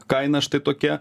kaina štai tokia